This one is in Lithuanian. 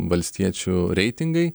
valstiečių reitingai